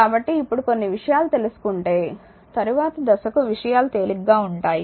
కాబట్టిఇప్పుడు కొన్ని విషయాలు తెలుసుకుంటే తరువాత దశకు విషయాలు తేలికగా ఉంటాయి